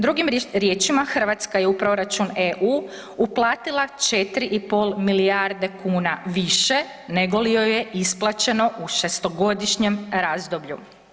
Drugim riječima Hrvatska je u proračun EU uplatila 4,5 milijarde kuna više nego li joj je isplaćeno u šestogodišnjem razdoblju.